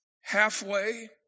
halfway